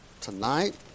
tonight